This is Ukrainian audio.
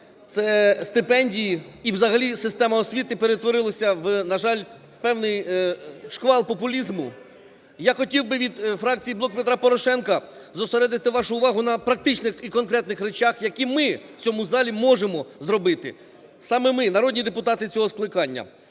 це стипендії і взагалі система освіти – перетворилося в, на жаль, певний шквал популізму. Я хотів би від фракції "Блок Петра Порошенка" зосередити вашу увагу на практичних і конкретних речах, які ми в цьому залі можемо зробити, саме ми, народні депутати цього скликання.